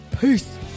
Peace